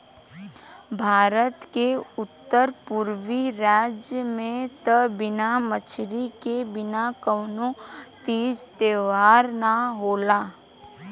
भारत के उत्तर पुरबी राज में त बिना मछरी के बिना कवनो तीज त्यौहार ना होला